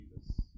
Jesus